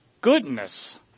goodness